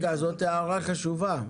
רגע, זאת הערה חשובה.